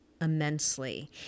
immensely